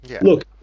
Look